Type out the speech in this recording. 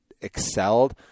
excelled